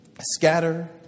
scatter